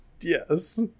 yes